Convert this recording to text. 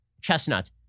chestnut